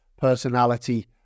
personality